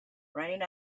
running